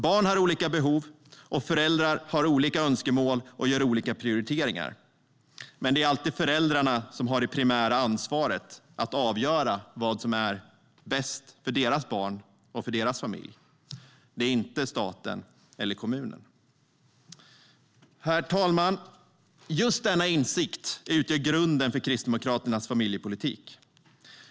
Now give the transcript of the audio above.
Barn har olika behov, och föräldrar har olika önskemål och gör olika prioriteringar. Men det är alltid föräldrarna som har det primära ansvaret för att avgöra vad som är bäst för deras barn och deras familj - inte staten eller kommunen. Herr talman! Just denna insikt utgör grunden för Kristdemokraternas familjepolitik.